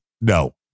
No